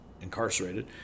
incarcerated